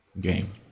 game